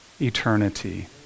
eternity